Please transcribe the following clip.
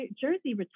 jersey